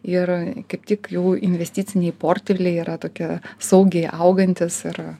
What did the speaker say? ir kaip tik jų investiciniai portfeliai yra tokia saugiai augantis yra